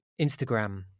Instagram